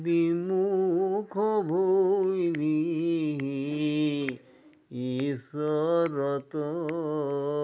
বিমুখ ভৈলি ঈশ্ৱৰত